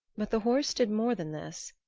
but the horse did more than this.